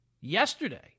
yesterday